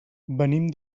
venim